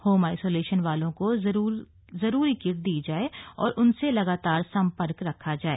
home isolation वालों को जरूरी किट दी जाए और उनसे लगातार सम्पर्क रखा जाए